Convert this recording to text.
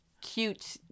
cute